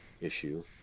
issue